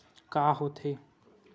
का होथे?